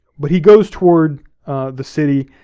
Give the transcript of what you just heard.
but he goes toward the city,